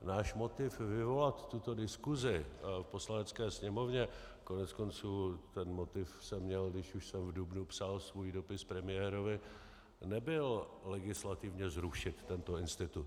Náš motiv vyvolat tuto diskuzi v Poslanecké sněmovně, koneckonců ten motiv jsem měl, když už jsem v dubnu psal svůj dopis premiérovi, nebyl legislativně zrušit tento institut.